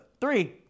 three